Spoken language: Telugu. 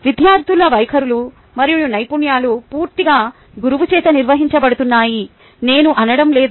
విద్యార్థుల వైఖరులు మరియు నైపుణ్యాలు పూర్తిగా గురువు చేత నిర్వహించబడుతున్నాయని నేను అనడం లేదు